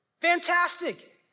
Fantastic